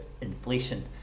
inflation